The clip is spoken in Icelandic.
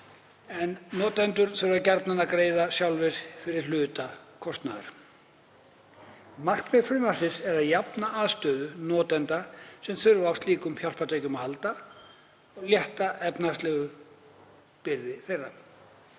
en notendur þurfa gjarnan að greiða sjálfir fyrir hluta kostnaðar. Markmið frumvarpsins er að jafna aðstöðumun notenda sem þurfa á slíkum hjálpartækjum að halda og létta efnahagslega byrði þeirra.